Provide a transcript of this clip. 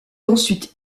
ensuite